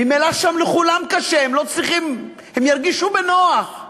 ממילא שם לכולם קשה, הם ירגישו בנוח.